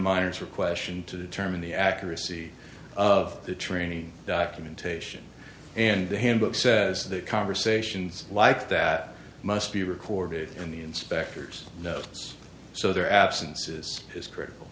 miners or question to determine the accuracy of the training documentation and the handbook says that conversations like that must be recorded and the inspectors notice so they're absences is critical